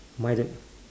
mine don't